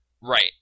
Right